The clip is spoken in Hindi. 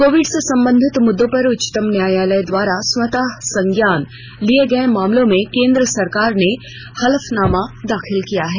कोविड से संबंधित मुद्दों पर उच्चतम न्यायालय द्वारा स्वतः संज्ञान से लिये गये मामले में केन्द्र सरकार ने हलफनामा दाखिल किया है